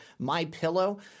MyPillow